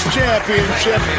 Championship